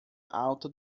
alta